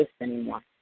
anymore